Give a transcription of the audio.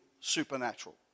supernatural